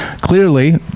Clearly